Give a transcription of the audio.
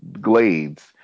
glades